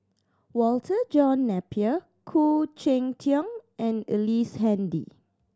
Walter John Napier Khoo Cheng Tiong and Ellice Handy